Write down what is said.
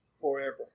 forever